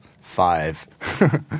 five